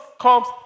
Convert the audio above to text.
comes